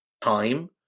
time